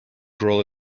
girl